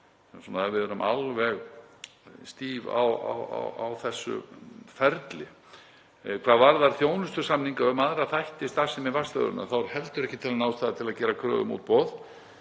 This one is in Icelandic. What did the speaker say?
við séum alveg stíf á þessu ferli. Hvað varðar þjónustusamninga um aðra þætti starfsemi vaktstöðvarinnar þá er heldur ekki talin ástæða til að gera kröfu um útboð